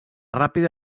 ràpida